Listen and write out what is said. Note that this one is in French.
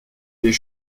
aller